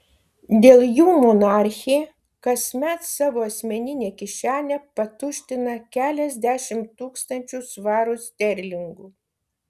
dėl jų monarchė kasmet savo asmeninę kišenę patuština keliasdešimt tūkstančių svarų sterlingų